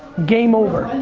game over.